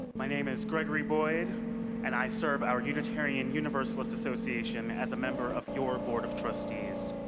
my name is gregory boyd and i serve our unitarian universalist association as a member of your board of trustees.